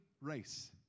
race